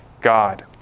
God